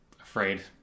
afraid